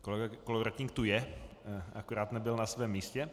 Kolega Kolovratník tu je, akorát nebyl na svém místě.